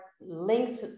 linked